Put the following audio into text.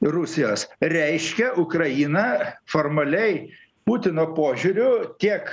rusijos reiškia ukraina formaliai putino požiūriu tiek